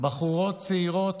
בחורות צעירות